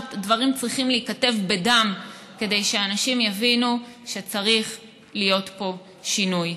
דברים צריכים להיכתב בדם כדי שאנשים יבינו שצריך להיות פה שינוי,